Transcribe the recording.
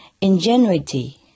ingenuity